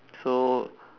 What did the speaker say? so